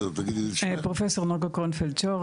פרופ' נוגה קרונפלד שור,